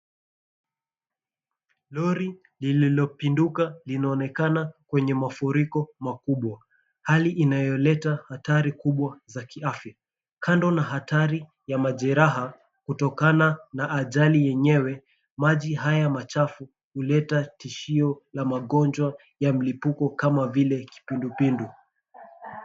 Lori lililopinduka linaonekana kwenye mafuriko makubwa. Hali inayoleta hatari kubwa za kiafya, kando na hatari ya majeraha, kutokana na ajali yenyewe, maji haya machafu huleta tishio la mangojwa ya mlipuko kama vile kipindupindu.